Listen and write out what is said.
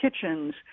kitchens